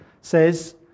says